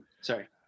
Sorry